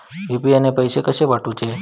UPI ने पैशे कशे पाठवूचे?